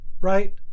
Right